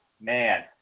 Man